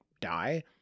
die